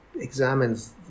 examines